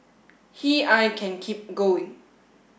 he I can keep going